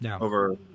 over